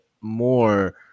more